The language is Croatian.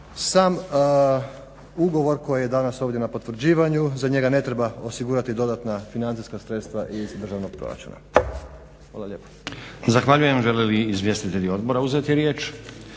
Sam ugovor koji je danas ovdje na potvrđivanju, za njega ne treba osigurati dodatna financijska sredstva iz državnog proračuna. **Stazić,